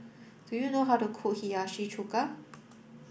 do you know how to cook Hiyashi Chuka